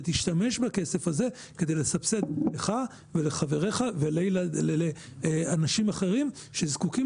ותשתמש בכסף הזה ולסבסד לך ולחבריך ולאנשים אחרים שזקוקים